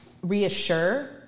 reassure